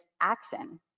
action